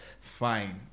fine